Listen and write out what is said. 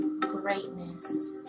greatness